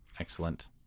Excellent